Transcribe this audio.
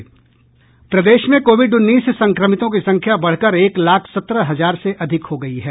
प्रदेश में कोविड उन्नीस संक्रमितों की संख्या बढ़कर एक लाख सत्रह हजार से अधिक हो गयी है